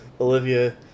Olivia